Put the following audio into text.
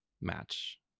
match